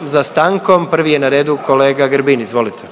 za stankom, prvi je na redu kolega Grbin, izvolite.